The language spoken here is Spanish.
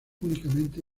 únicamente